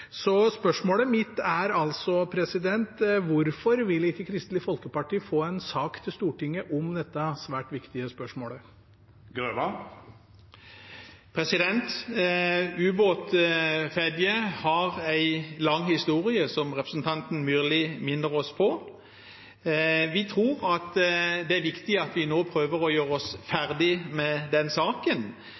Så spørsmålet mitt er: Hvorfor vil ikke Kristelig Folkeparti få en sak til Stortinget om dette svært viktige spørsmålet? Ubåten utenfor Fedje har en lang historie, som representanten Myrli minner oss på. Vi tror det er viktig at vi nå prøver å gjøre oss ferdig med den saken